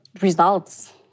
results